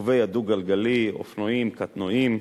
רוכבי הדו-גלגלי: אופנועים, קטנועים,